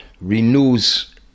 renews